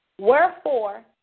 wherefore